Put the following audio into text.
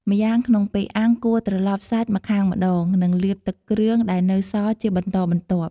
ម្យ៉ាងក្នុងពេលអាំង គួរត្រឡប់សាច់ម្ខាងម្ដង និងលាបទឹកគ្រឿងដែលនៅសល់ជាបន្តបន្ទាប់។